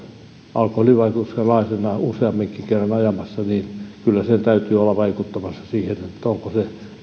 alkoholin vaikutuksen alaisena useammankin kerran ajamalla niin kyllä sen täytyy olla vaikuttamassa siihen onko